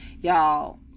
y'all